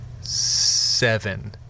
seven